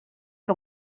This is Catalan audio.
que